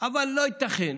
אבל לא ייתכן,